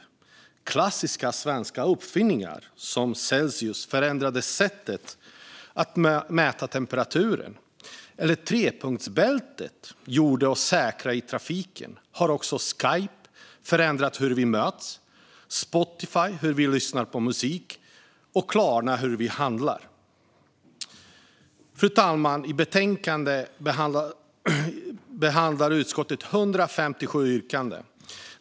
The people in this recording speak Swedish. Precis som klassiska svenska uppfinningar som när Celsius förändrade sättet att mäta temperaturen och trepunktsbältet gjorde oss säkrare i trafiken har Skype förändrat hur vi möts, Spotify hur vi lyssnar på musik och Klarna hur vi handlar. Fru talman! I betänkandet behandlar utskottet 157 yrkanden.